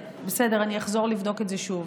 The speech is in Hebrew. בסדר, אחזור לבדוק את זה שוב.